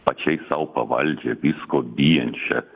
pačiai sau pavaldžią visko bijančią